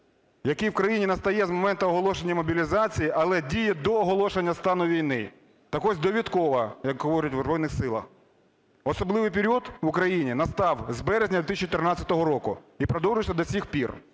який в країні настає з моменту оголошення мобілізації, але діє до оголошення стану війни. Так ось, довідково, як говорять у Збройних Силах, особливий період в Україні настав з березня 2014 року і продовжується до цих пір.